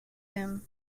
him